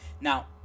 now